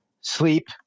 Sleep